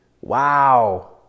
Wow